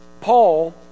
paul